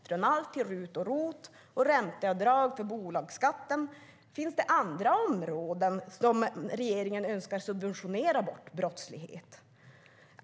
Det är allt från RUT och ROT till ränteavdrag för bolagsskatten. Finns det andra områden där regeringen önskar subventionera bort brottslighet?